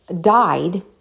died